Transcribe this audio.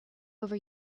over